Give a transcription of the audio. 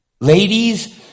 Ladies